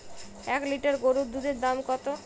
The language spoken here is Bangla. এক লিটার গোরুর দুধের দাম কত?